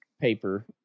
paper